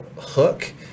hook